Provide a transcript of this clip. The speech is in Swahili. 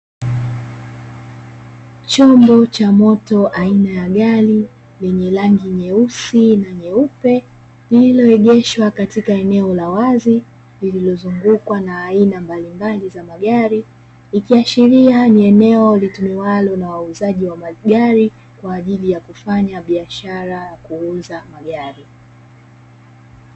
Chombo cha moto aina ya gari, lenye rangi nyeusi na nyeupe, lililoegeshwa katika eneo la wazi lililozungukwa na aina mbalimbali ya magari. Ikiashiria ni eneo litumiwalo na wauzaji wa magari kwa ajili ya kufanya biashara ya kuuza magari.